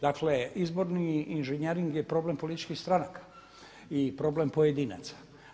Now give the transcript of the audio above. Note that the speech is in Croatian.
Dakle izborni inženjering je problem političkih stranaka i problem pojedinaca.